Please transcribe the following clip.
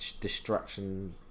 Destruction